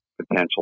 potential